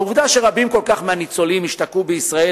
העובדה שרבים כל כך מהניצולים השתקעו בישראל